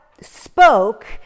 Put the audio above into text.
spoke